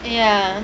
ya